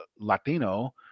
Latino